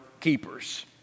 keepers